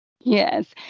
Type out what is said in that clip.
Yes